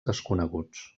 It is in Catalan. desconeguts